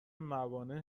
موانع